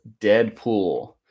Deadpool